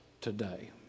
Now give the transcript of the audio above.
today